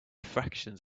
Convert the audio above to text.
fractions